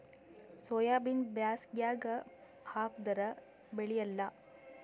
ಸೋಯಾಬಿನ ಬ್ಯಾಸಗ್ಯಾಗ ಹಾಕದರ ಬೆಳಿಯಲ್ಲಾ?